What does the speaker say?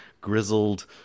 grizzled